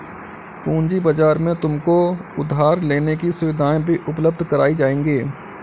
पूँजी बाजार में तुमको उधार लेने की सुविधाएं भी उपलब्ध कराई जाएंगी